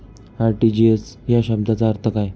RTGS या शब्दाचा अर्थ काय?